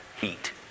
heat